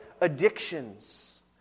addictions